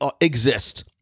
exist